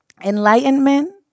enlightenment